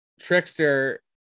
trickster